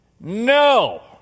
No